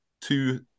two